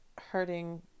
hurting